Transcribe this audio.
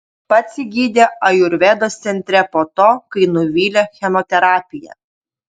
pats jį gydė ajurvedos centre po to kai nuvylė chemoterapija